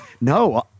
No